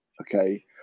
Okay